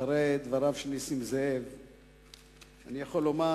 אחרי דבריו של נסים זאב אני יכול לומר